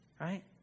right